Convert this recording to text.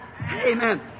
Amen